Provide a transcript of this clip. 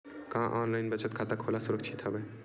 का ऑनलाइन बचत खाता खोला सुरक्षित हवय?